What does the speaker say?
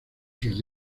sus